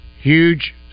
huge